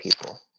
people